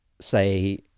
say